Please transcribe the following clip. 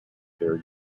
their